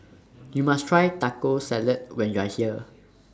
YOU must Try Taco Salad when YOU Are here